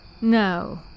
No